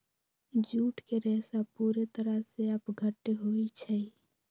jute के रेशा पूरे तरह से अपघट्य होई छई